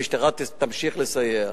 המשטרה תמשיך לסייע.